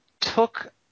took